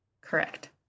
Correct